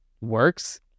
works